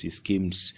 schemes